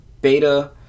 beta